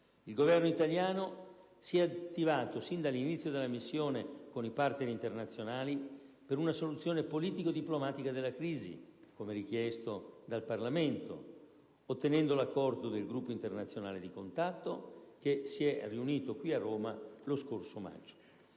Il Governo italiano si è attivato sin dall'inizio della missione con i partner internazionali per una soluzione politico-diplomatica della crisi, come richiesto dal Parlamento, ottenendo l'accordo del Gruppo internazionale di contatto, che si è riunito qui a Roma lo scorso maggio.